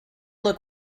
look